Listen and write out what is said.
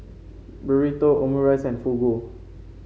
Burrito Omurice and Fugu